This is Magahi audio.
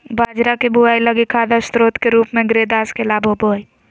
बाजरा के बुआई लगी खाद स्रोत के रूप में ग्रेदास के लाभ होबो हइ